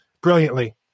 brilliantly